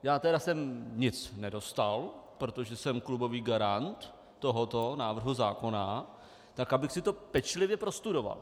Já tedy jsem nic nedostal, protože jsem klubový garant tohoto návrhu zákona, tak abych si to pečlivě prostudoval.